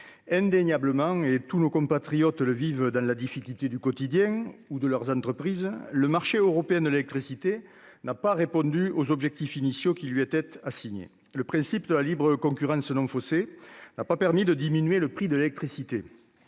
Indéniablement- tous nos compatriotes en vivent les difficultés, dans leur quotidien ou dans leurs entreprises -, le marché européen de l'électricité n'a pas répondu aux objectifs initiaux qui lui étaient assignés. Le principe de la concurrence libre et non faussée n'a pas diminué le prix de l'électricité.